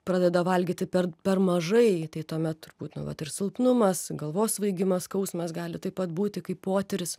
pradeda valgyti per per mažai tai tuomet turbūt nu vat ir silpnumas galvos svaigimas skausmas gali taip pat būti kaip potyris